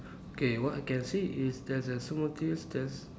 okay what I can see is there's a there's